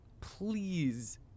please